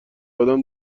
آدم